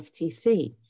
FTC